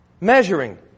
Measuring